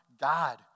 God